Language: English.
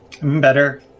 better